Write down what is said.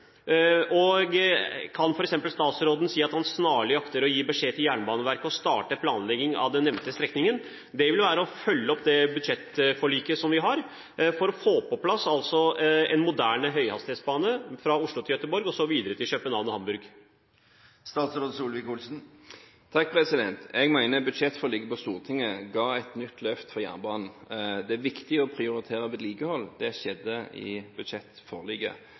Kan f.eks. statsråden si at han snarlig akter å gi beskjed til Jernbaneverket om å starte planlegging av den nevnte strekningen? Det vil være å følge opp det budsjettforliket vi har, for å få på plass en moderne høyhastighetsbane fra Oslo til Göteborg og så videre til København og Hamburg. Jeg mener budsjettforliket på Stortinget ga et nytt løft for jernbanen. Det er viktig å prioritere vedlikehold. Det skjedde i